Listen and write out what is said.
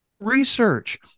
research